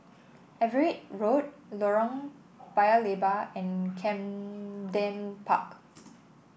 Everitt Road Lorong Paya Lebar and Camden Park